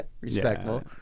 respectful